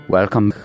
Welcome